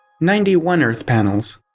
ninety one earth panels.